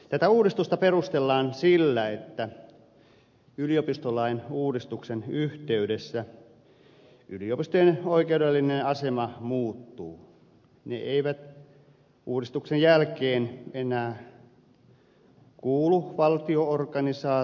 tätä uudistusta perustellaan sillä että yliopistolain uudistuksen yhteydessä yliopistojen oikeudellinen asema muuttuu ne eivät uudistuksen jälkeen enää kuulu valtio organisaatioon